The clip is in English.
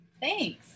thanks